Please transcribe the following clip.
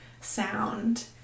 sound